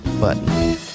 button